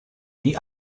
die